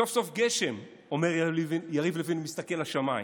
סוף-סוף גשם, אומר יריב לוין, מסתכל לשמיים.